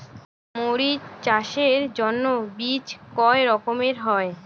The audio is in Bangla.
মরিচ চাষের জন্য বীজ কয় রকমের হয়?